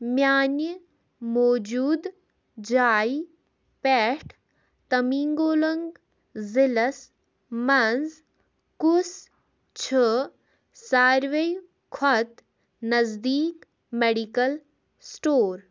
میانہِ موٗجوٗد جایہِ پٮ۪ٹھ تَمیٚنٛگلونٛگ ضلعس مَنٛز کُس چھُ ساروِی کھۄتہٕ نزدیٖک میڈیکل سٹور ؟